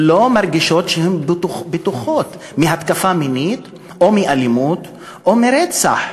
לא מרגישות שהן בטוחות מהתקפה מינית או מאלימות או מרצח.